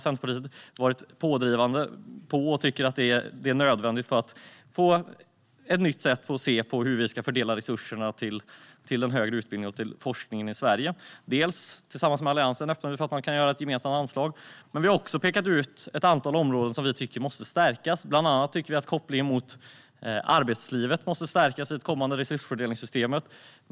Centerpartiet har varit pådrivande för det och tycker att det är nödvändigt för att få ett nytt sätt att se på hur vi ska fördela resurserna till den högre utbildningen och till forskningen i Sverige. Tillsammans med Alliansen öppnar vi för att man kan göra ett gemensamt anslag, men vi har också pekat ut ett antal områden som vi tycker måste stärkas. Bland annat tycker vi att kopplingen till arbetslivet måste stärkas i det kommande resursfördelningssystemet.